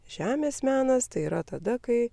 žemės menas tai yra tada kai